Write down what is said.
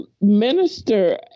minister